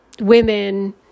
women